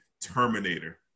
Terminator